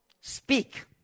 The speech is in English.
Speak